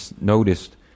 noticed